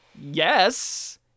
Yes